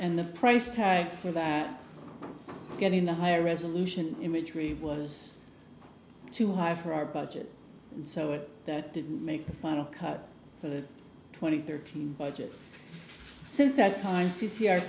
and the price tag for that getting the high resolution imagery was too high for our budget so it didn't make the final cut for the twenty thirteen budget since that time c c r